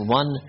one